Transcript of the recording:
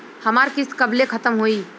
हमार किस्त कब ले खतम होई?